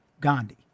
Gandhi